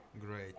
Great